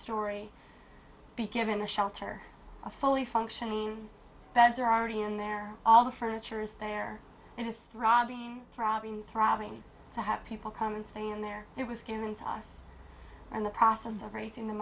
story be given the shelter a fully functioning beds are already in there all the furniture is there and his throbbing throbbing to have people come and stay in there it was given to us in the process of raising the